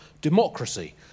democracy